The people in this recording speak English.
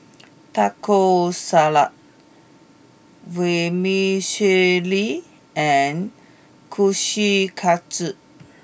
Taco Salad Vermicelli and Kushikatsu